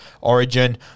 Origin